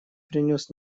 принес